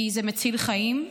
כי זה מציל חיים.